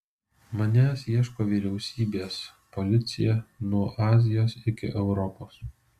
manęs ieško vyriausybės policija nuo azijos iki europos